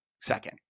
second